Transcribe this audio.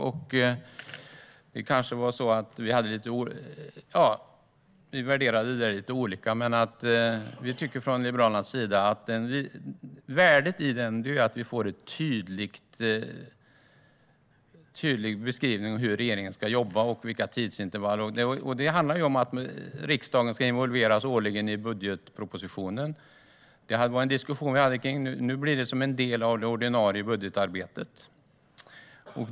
Vi kanske värderade det lite olika, men vi tycker från Liberalernas sida att värdet är att vi får en tydlig beskrivning av hur regeringen ska jobba och vilka tidsintervall som ska gälla. Det handlar om att riksdagen ska involveras årligen i budgetpropositionen. Vi hade en diskussion om det, och nu blir det som en del av det ordinarie budgetarbetet.